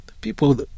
people